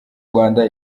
rwanda